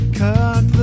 cut